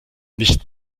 nicht